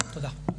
תודה.